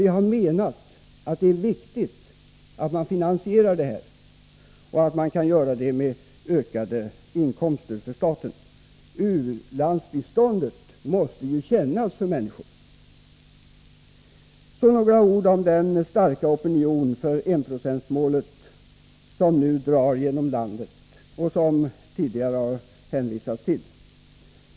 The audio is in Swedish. Vi har menat att det är viktigt att man finansierar biståndet och att man kan göra det med ökade inkomster för staten. U-landsbiståndet måste ju kännas för människor. Så några ord om den starka opinion för enprocentsmålet som nu drar genom landet och som det tidigare har hänvisats till.